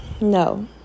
no